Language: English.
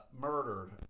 murdered